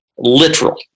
Literal